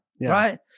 Right